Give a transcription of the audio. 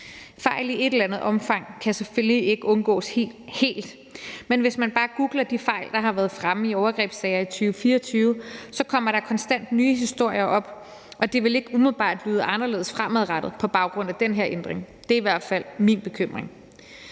Fejl i et eller andet omfang kan selvfølgelig ikke undgås helt, men hvis man bare googler de fejl, der har været fremme i overgrebssager i 2024, så kommer der konstant nye historier op, og det vil ikke umiddelbart være anderledes fremadrettet på baggrund af den her ændring. Det er i hvert fald min bekymring.